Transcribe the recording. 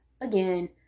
again